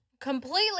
Completely